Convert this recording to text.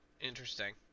Interesting